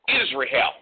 Israel